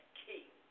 king